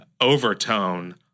overtone